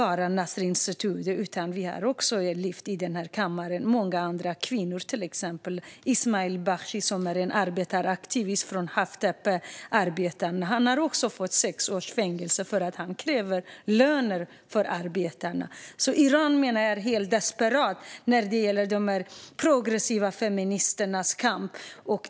Förutom Nasrin Sotoudeh har vi i denna kammare lyft fram till exempel Ismail Bakhshi, en arbetaraktivist från Haft Tepeh, som fått sex års fängelse för att han kräver löner åt arbetarna. Jag menar att Iran är helt desperat när det gäller de progressiva feministernas kamp.